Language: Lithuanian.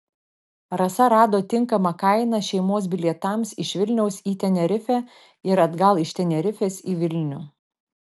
rasa rado tinkamą kainą šeimos bilietams iš vilniaus į tenerifę ir atgal iš tenerifės į vilnių